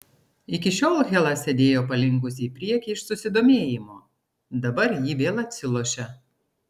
iki šiol hela sėdėjo palinkusi į priekį iš susidomėjimo dabar ji vėl atsilošė